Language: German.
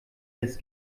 das